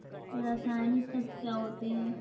रसायनिक तत्व क्या होते हैं?